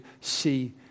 see